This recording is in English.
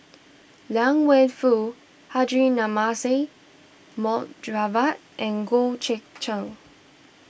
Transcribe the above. Liang Wenfu Haji Namazie Mohd Javad and Goh Eck Kheng